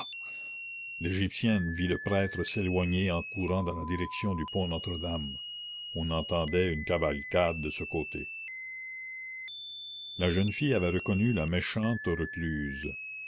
l'égyptienne vit le prêtre s'éloigner en courant dans la direction du pont notre-dame on entendait une cavalcade de ce côté la jeune fille avait reconnu la méchante recluse